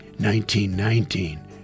1919